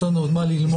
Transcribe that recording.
יש לנו עוד מה ללמוד.